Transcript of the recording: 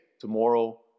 tomorrow